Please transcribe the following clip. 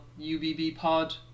ubbpod